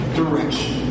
direction